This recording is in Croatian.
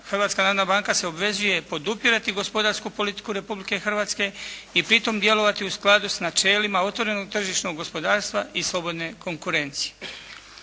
Hrvatska narodna banka se obvezuje podupirati gospodarsku politiku Republike Hrvatske i pritom djelovati u skladu s načelima otvorenog tržišnog gospodarstva i slobodne konkurencije.